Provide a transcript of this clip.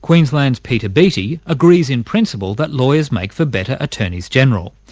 queensland's peter beattie agrees in principle that lawyers make for better attorneys-general.